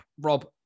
Rob